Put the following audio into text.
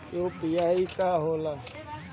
UPI का होला?